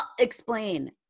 explain